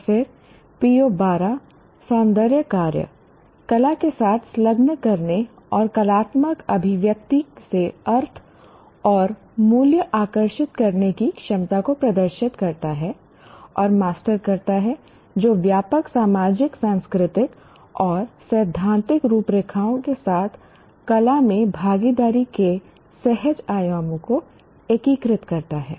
और फिर PO12 सौंदर्य कार्य कला के साथ संलग्न करने और कलात्मक अभिव्यक्ति से अर्थ और मूल्य आकर्षित करने की क्षमता को प्रदर्शित करता है और मास्टर करता है जो व्यापक सामाजिक सांस्कृतिक और सैद्धांतिक रूपरेखाओं के साथ कला में भागीदारी के सहज आयामों को एकीकृत करता है